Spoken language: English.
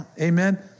Amen